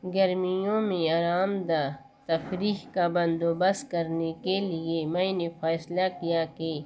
گرمیوں میں آرام دہ تفریح کا بندوبست کرنے کے لیے میں نے فیصلہ کیا کہ